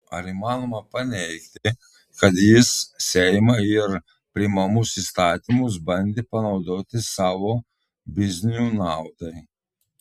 ar įmanoma paneigti kad jis seimą ir priimamus įstatymus bandė panaudoti savo biznių naudai